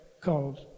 called